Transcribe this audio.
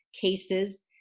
cases